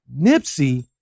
Nipsey